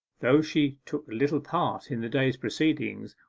though she took little part in the day's proceedings,